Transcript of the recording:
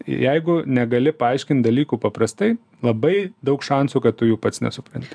jeigu negali paaiškint dalykų paprastai labai daug šansų kad tu jų pats nesupranti